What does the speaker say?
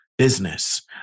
business